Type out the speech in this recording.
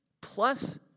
plus